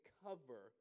cover